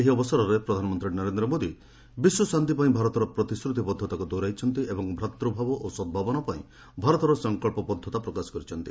ଏହି ଅବସରରେ ପ୍ରଧାନମନ୍ତ୍ରୀ ନରେନ୍ଦ୍ର ମୋଦି ବିଶ୍ୱଶାନ୍ତି ପାଇଁ ଭାରତର ପ୍ରତିଶ୍ରତିବଦ୍ଧତାକୁ ଦୋହରାଇଛନ୍ତି ଏବଂ ଭ୍ରାତୂଭାବ ଓ ସଦ୍ଭାବନା ପାଇଁ ଭାରତର ସଙ୍କଚ୍ଚବଦ୍ଧତା ପ୍ରକାଶ କରିଛନ୍ତି